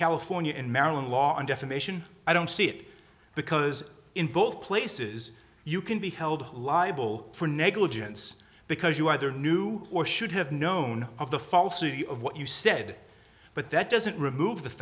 california and maryland law and defamation i don't see it because in both places you can be held liable for negligence because you either knew or should have known of the falsity of what you said but that doesn't remove the